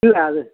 இல்லை அது